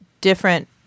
different